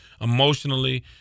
emotionally